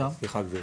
סליחה גברתי.